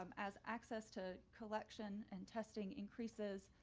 um as access to collection and testing increases